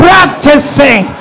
Practicing